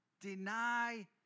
Deny